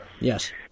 yes